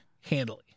Handily